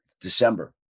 December